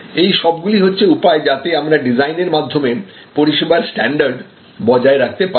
এই সবগুলি হচ্ছে উপায় যাতে আমরা ডিজাইনের মাধ্যমে পরিষেবার স্ট্যান্ডার্ড বজায় রাখতে পারি